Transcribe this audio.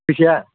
फैसाया